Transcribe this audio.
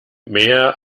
mehr